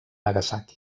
nagasaki